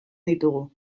ditugu